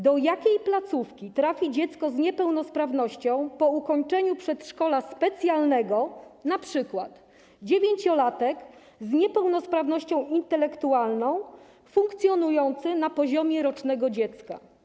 Do jakiej placówki trafi dziecko z niepełnosprawnością po ukończeniu przedszkola specjalnego, np. dziewięciolatek z niepełnosprawnością intelektualną funkcjonujący na poziomie rocznego dziecka?